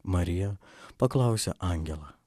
marija paklausė angelą